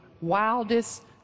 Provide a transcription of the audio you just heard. wildest